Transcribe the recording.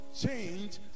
change